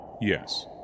yes